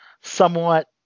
somewhat